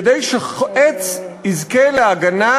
כדי שעץ יזכה להגנה,